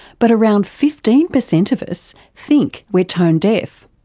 but around fifteen percent of us think we're tone deaf.